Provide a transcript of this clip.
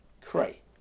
Cray